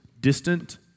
distant